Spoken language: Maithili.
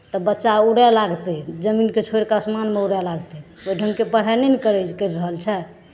तऽ बच्चा उड़य लागतै जमीनकेँ छोड़ि कऽ आसमानमे उड़य लागतै ओहि ढङ्गके पढ़ाइ नहि ने करै करि रहल छै